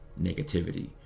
negativity